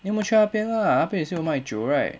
then 我们去那边 lah 那边也是又卖酒